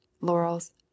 laurels